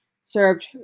served